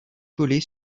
collées